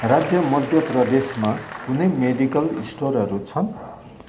राज्य मध्य प्रदेशमा कुनै मेडिकल स्टोरहरू छन्